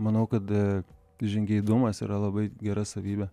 manau kad žingeidumas yra labai gera savybė